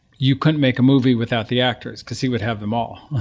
you couldn't make a movie without the actors, because he would have them all.